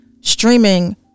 streaming